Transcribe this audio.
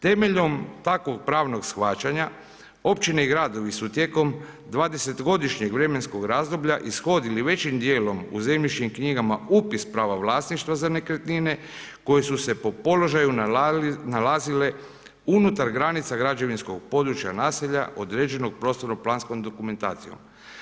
Temeljem takvog pravnog shvaćanja općine i gradovi su tijekom 20-godišnjeg vremenskog razdoblja ishodili većim dijelom u zemljišnim knjigama upis prava vlasništva za nekretnine koje su se po položaju nalazile unutar granica građevinskog područja naselja određenog prostorno-planskom dokumentacijom.